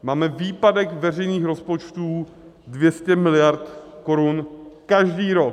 Máme výpadek veřejných rozpočtů 200 miliard korun každý rok.